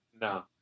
No